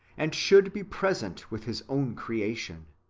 and should be present with his own creation,